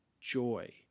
joy